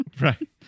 Right